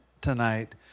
tonight